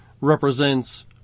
represents